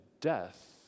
death